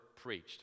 preached